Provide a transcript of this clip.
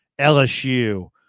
LSU